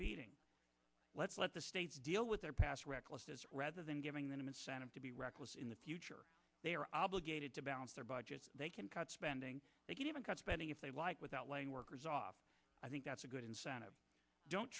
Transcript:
beating let's let the states deal with their past recklessness rather than giving them incentive to be reckless in the future they are obligated to balance their budget they can cut spending they can even cut spending if they like without laying workers off i think that's a good incentive don't